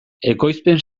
ekoizpen